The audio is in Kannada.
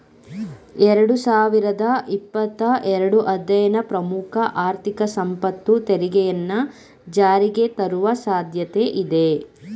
ಎರಡು ಸಾವಿರದ ಇಪ್ಪತ್ತ ಎರಡು ಅಧ್ಯಯನ ಪ್ರಮುಖ ಆರ್ಥಿಕ ಸಂಪತ್ತು ತೆರಿಗೆಯನ್ನ ಜಾರಿಗೆತರುವ ಸಾಧ್ಯತೆ ಇದೆ